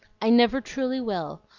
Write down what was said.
i never truly will!